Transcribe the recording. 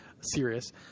serious